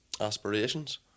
aspirations